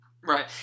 Right